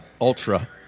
Ultra